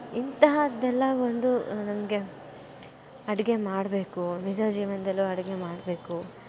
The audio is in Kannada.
ಇಂಥಹದ್ದೆಲ್ಲ ಒಂದು ನನಗೆ ಅಡುಗೆ ಮಾಡಬೇಕು ನಿಜ ಜೀವನದಲ್ಲೂ ಅಡುಗೆ ಮಾಡಬೇಕು